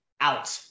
Out